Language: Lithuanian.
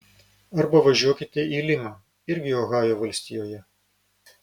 arba važiuokite į limą irgi ohajo valstijoje